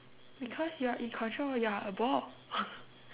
because you are in control you are a ball